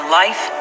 life